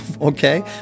Okay